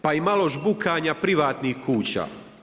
Pa i malo žbukanja privatnih kuća.